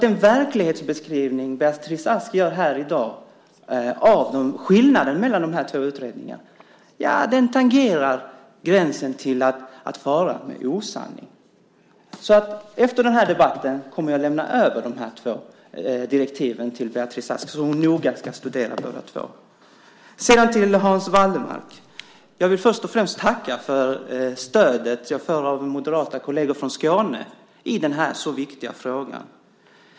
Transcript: Den verklighetsbeskrivning som Beatrice Ask gör här i dag av skillnaden mellan de två utredningarna tangerar gränsen till osanning. Efter debatten kommer jag att lämna över de här två direktiven till Beatrice Ask, så att hon noga kan studera båda två. Sedan till Hans Wallmark: Jag vill först och främst tacka för det stöd jag får av moderata kolleger från Skåne i den här så viktiga frågan.